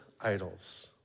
idols